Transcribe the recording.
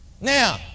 Now